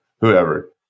whoever